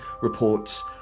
reports